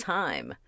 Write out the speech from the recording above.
time